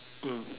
mm